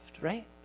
right